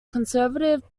conservative